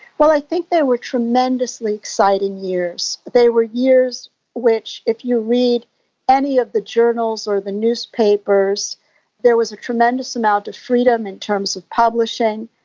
well, i think they were tremendously exciting years. they were years which if you read any of the journals or the newspapers there was a tremendous amount of freedom in terms of publishing,